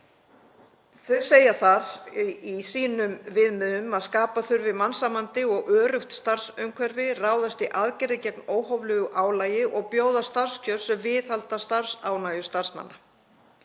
Þau segja í sínum viðmiðum að skapa þurfi mannsæmandi og öruggt starfsumhverfi, ráðast í aðgerðir gegn óhóflegu álagi og bjóða starfskjör sem viðhalda starfsánægju starfsmanna.